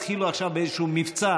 התחילו עכשיו באיזה מבצע